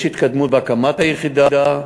יש התקדמות בהקמת היחידה,